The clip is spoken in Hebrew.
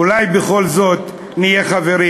אולי בכל זאת נהיה חברים?